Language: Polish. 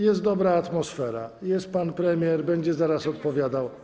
Jest dobra atmosfera, jest pan premier, będzie zaraz odpowiadał.